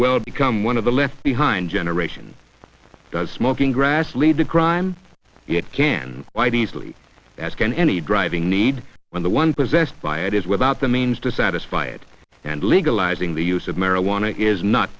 well become one of the left behind generation does smoking grass lead to crime it can quite easily as can any driving need on the one possessed by it is without the means to satisfy it and legalizing the use of marijuana is not